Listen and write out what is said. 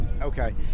Okay